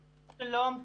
שלום,